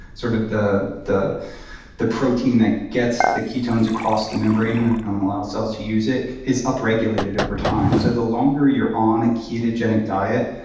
sort of the the protein that gets the ketones across the membrane and allows cells to use it, is upregulated over time. so the longer you're on a ketogenic diet,